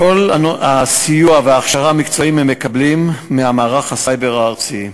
את כל הסיוע וההכשרה המקצועיים הם מקבלים ממערך הסייבר הארצי.